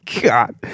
god